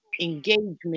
engagement